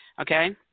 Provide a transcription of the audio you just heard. okay